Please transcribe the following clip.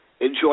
Enjoy